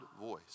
voice